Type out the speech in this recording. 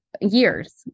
years